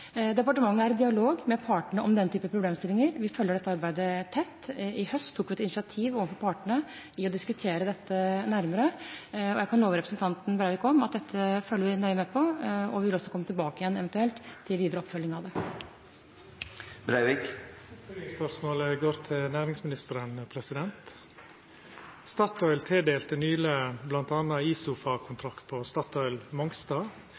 Departementet er i dialog med partene om denne typen problemstillinger. Vi følger dette arbeidet tett. I høst tok vi et initiativ overfor partene til å diskutere dette nærmere, og jeg kan love representanten Breivik at dette følger vi nøye med på, og vi vil også eventuelt komme tilbake til videre oppfølging av det. Oppfølgingsspørsmålet går til næringsministeren. Statoil tildelte nyleg bl.a. ISO-fag-kontrakt på Statoil Mongstad.